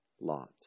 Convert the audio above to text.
Lot